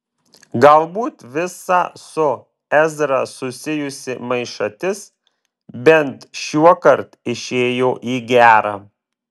galbūt visa su ezra susijusi maišatis bent šiuokart išėjo į gera